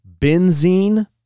benzene